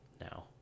now